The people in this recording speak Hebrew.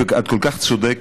את כל כך צודקת,